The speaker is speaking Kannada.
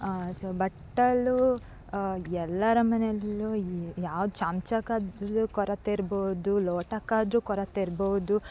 ಸೊ ಬಟ್ಟಲು ಎಲ್ಲರ ಮನೆಯಲ್ಲು ಯಾವ ಚಮಚಕ್ಕಾದ್ರು ಕೊರತೆ ಇರ್ಬೋದು ಲೋಟಕ್ಕಾದ್ರೂ ಕೊರತೆ ಇರ್ಬೋದು